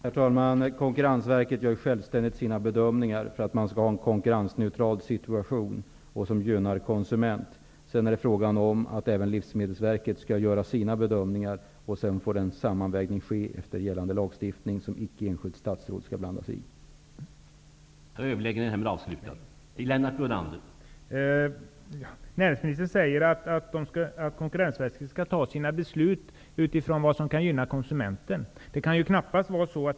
Herr talman! Konkurrensverket gör självständigt sina bedömningar. Vi skall ha en konkurrensneutral situation som gynnar konsumenten. Även livsmedelsverket skall göra sina bedömningar. Sedan får en sammanvägning ske enligt gällande lagstiftning, som icke enskilt statsråd skall blanda sig i.